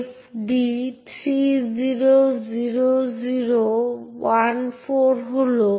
এখন একটি ম্যালওয়্যার সেই সিস্টেম থেকে সেই নির্দিষ্ট সংস্থার সমস্ত ফাইল মুছে দেয়